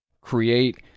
create